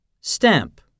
Stamp